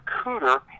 Cooter